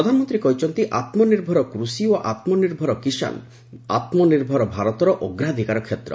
ପ୍ରଧାନମନ୍ତ୍ରୀ କହିଛନ୍ତି ଆତ୍ମନିର୍ଭର କୃଷି ଓ ଆତ୍ମନିର୍ଭର କିଷାନ ଆତ୍ମନିର୍ଭର ଭାରତର ଅଗ୍ରାଧିକାର କ୍ଷେତ୍ର